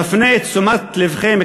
מפנה את תשומת לבכם,